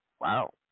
wow